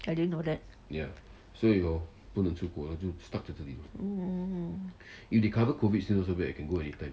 I didn't know that yup mm